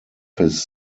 his